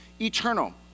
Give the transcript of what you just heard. eternal